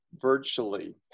virtually